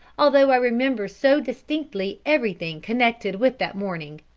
although i remember so distinctly everything connected with that morning.